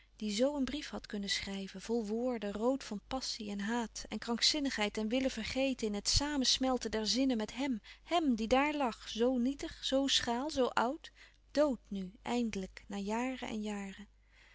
die zoo een brief had kunnen schrijven vol woorden rood van passie en haat en krankzinnigheid en willenvergeten in het samen smelten der zinnen met hèm hèm die daar lag zoo nietig zoo schraal zoo oud dood nu eindelijk na jaren en jaren